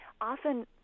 often